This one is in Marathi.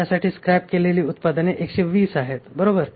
यासाठी स्क्रॅप केलेली उत्पादने 120 आहेत बरोबर